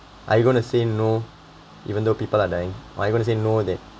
are you going to say no even though people are dying are you gonna say no that